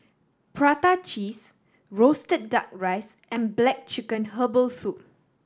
prata cheese roasted Duck Rice and black chicken herbal soup